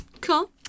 cool